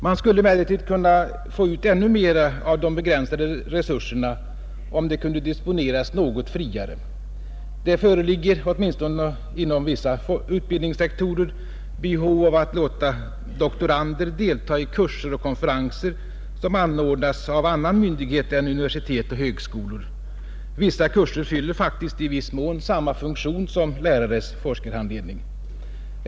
Man skulle emellertid kunna få ut ännu mera av de begränsade resurserna, om de kunde disponeras något friare. Det föreligger åtminstone inom vissa utbildningssektorer behov av att låta doktorander delta i kurser och konferenser som anordnas av annan myndighet än universitet eller högskola. Vissa kurser fyller faktiskt i viss mån samma funktion som lärares forskarhandledning.